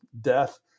death